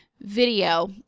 video